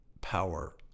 power